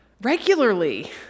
regularly